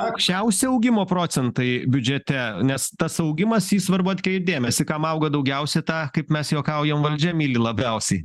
aukščiausi augimo procentai biudžete nes tas augimas į jį svarbu atkreipt dėmesį kam auga daugiausia tą kaip mes juokaujam valdžia myli labiausiai